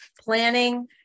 planning